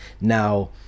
Now